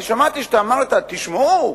שמעתי שאמרת: תשמעו,